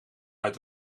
uit